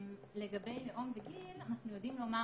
לגבי לאום וגיל אנחנו יודעים לומר